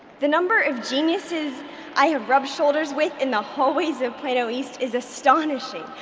the number of geniuses i have rubbed shoulders with in the hallways of plato east is astonishing.